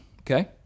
okay